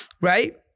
right